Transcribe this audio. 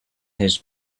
his